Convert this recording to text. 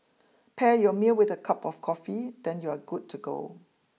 pair your meal with a cup of coffee then you're good to go